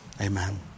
Amen